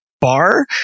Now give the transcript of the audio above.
bar